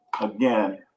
again